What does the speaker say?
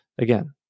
Again